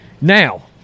Now